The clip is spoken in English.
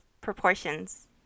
proportions